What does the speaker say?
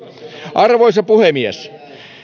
arvoisa puhemies